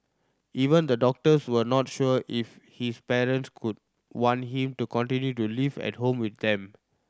even the doctors were not sure if his parent would want him to continue to live at home with them